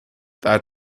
that